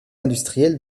industrielle